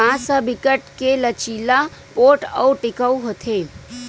बांस ह बिकट के लचीला, पोठ अउ टिकऊ होथे